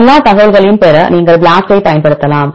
எல்லா தகவல்களையும் பெற நீங்கள் BLAST ஐப் பயன்படுத்தலாம்